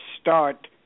start